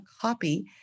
copy